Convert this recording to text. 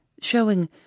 showing